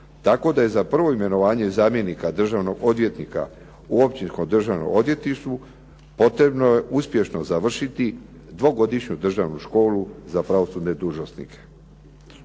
tako da je za prvo imenovanje zamjenika državnog odvjetnika u općinskom državnom odvjetništvu potrebno je uspješno završiti dvogodišnju državnu školu za pravosudne dužnosnike.